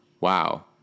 wow